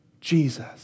Jesus